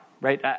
right